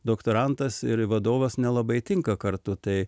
doktorantas ir vadovas nelabai tinka kartu tai